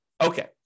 Okay